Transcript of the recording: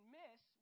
miss